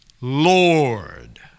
Lord